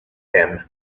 them